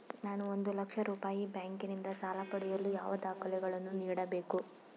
ನಾನು ಒಂದು ಲಕ್ಷ ರೂಪಾಯಿ ಬ್ಯಾಂಕಿನಿಂದ ಸಾಲ ಪಡೆಯಲು ಯಾವ ದಾಖಲೆಗಳನ್ನು ನೀಡಬೇಕು?